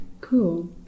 Cool